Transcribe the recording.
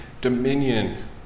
dominion